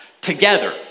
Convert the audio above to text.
together